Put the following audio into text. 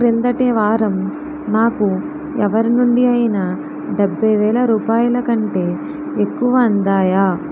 క్రిందటి వారం నాకు ఎవరి నుండి అయినా డెభై వేల రూపాయల కంటే ఎక్కువ అందాయా